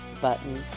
button